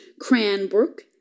Cranbrook